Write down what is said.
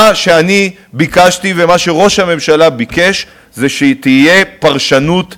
מה שאני ביקשתי ומה שראש הממשלה ביקש זה שתהיה פרשנות רחבה,